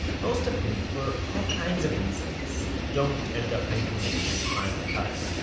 most of whom for all kinds of reasons don't end up making it into the final cut.